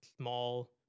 small